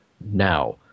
now